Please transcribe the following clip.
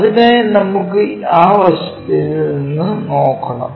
അതിനായി നമുക്ക് ആ വശത്ത് നിന്ന് നോക്കണം